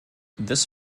this